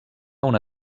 una